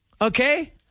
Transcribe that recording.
Okay